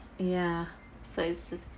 ya so it's